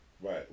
Right